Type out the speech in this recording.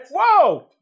whoa